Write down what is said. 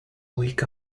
week